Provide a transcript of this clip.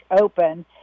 open